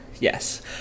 Yes